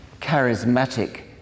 charismatic